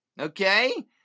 Okay